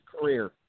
career